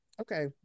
Okay